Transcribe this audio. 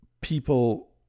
people